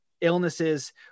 illnesses